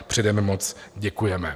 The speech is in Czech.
Předem moc děkujeme.